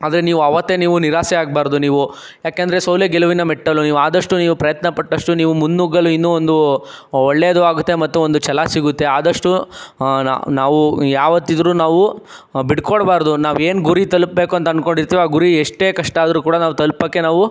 ಆದರೆ ನೀವು ಆವತ್ತೇ ನೀವು ನಿರಾಸೆಯಾಗಬಾರ್ದು ನೀವು ಯಾಕಂದರೆ ಸೋಲೇ ಗೆಲುವಿನ ಮೆಟ್ಟಿಲು ನೀವು ಅದಷ್ಟು ನೀವು ಪ್ರಯತ್ನಪಟ್ಟಷ್ಟು ನೀವು ಮುನ್ನುಗ್ಗಲು ಇನ್ನೂ ಒಂದು ಒಳ್ಳೇದು ಆಗುತ್ತೆ ಮತ್ತು ಒಂದು ಛಲ ಸಿಗುತ್ತೆ ಅದಷ್ಟು ನಾವು ಯಾವತ್ತಿದ್ದರು ನಾವು ಬಿಟ್ಕೊಡಬಾರ್ದು ನಾವು ಏನು ಗುರಿ ತಲುಪಬೇಕು ಅಂತ ಅಂದ್ಕೊಂಡಿರ್ತೀವಿ ಆ ಗುರಿ ಎಷ್ಟೇ ಕಷ್ಟ ಆದರೂ ಕೂಡ ನಾವು ತಲುಪಕ್ಕೆ ನಾವು